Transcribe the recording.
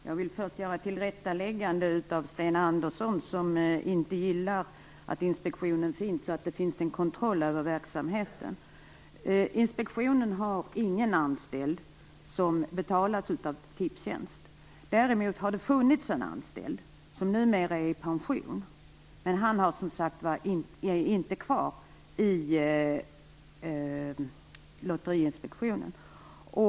Herr talman! Jag vill först göra ett tillrättaläggande för Sten Andersson, som inte gillar att inspektionen finns och att det finns en kontroll av verksamheten. Inspektionen har ingen anställd som betalas av Tipstjänst. Däremot har det funnits en anställd som numera har gått i pension, men han är som sagt inte kvar i Lotteriinspektionen.